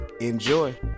enjoy